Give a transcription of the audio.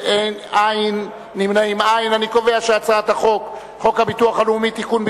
הוא הדין לגבי הצעת חוק הביטוח הלאומי (תיקון,